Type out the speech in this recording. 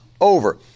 over